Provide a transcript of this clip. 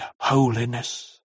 holiness